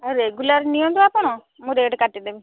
ଆଉ ରେଗୁଲାର୍ ନିଅନ୍ତୁ ଆପଣ ମୁଁ ରେଟ୍ କାଟିଦେବି